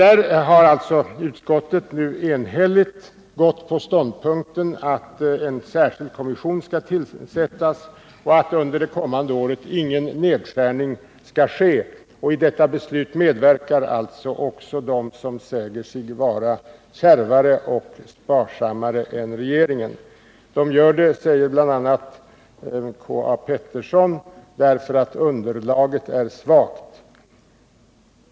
Där har alltså utskottet nu enhälligt intagit den ståndpunkten att en särskild kommission skall tillsättas och att under det kommande året ingen nedskärning skall ske. I detta beslut medverkar alltså också de som säger sig vara kärvare och mer sparsamma än regeringen. De gör det, säger bland andra Karl-Anders Petersson, därför att underlaget är svagt.